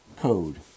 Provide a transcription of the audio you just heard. code